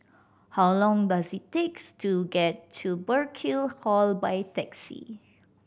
how long does it takes to get to Burkill Hall by taxi